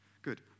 Good